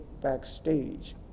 backstage